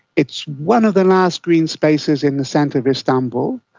it's one of the last green spaces in the centre of istanbul.